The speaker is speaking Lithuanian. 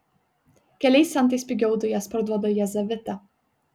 keliais centais pigiau dujas parduoda jazavita